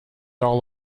all